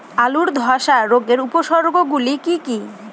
আলুর ধ্বসা রোগের উপসর্গগুলি কি কি?